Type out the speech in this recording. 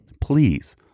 Please